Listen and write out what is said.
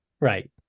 Right